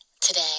Today